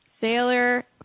Sailor